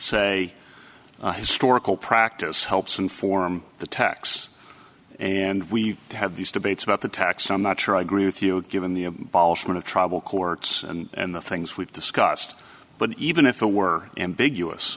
say historical practice helps inform the tax and we have these debates about the tax i'm not sure i agree with you given the amount of tribal courts and the things we've discussed but even if it were ambiguous